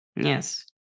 Yes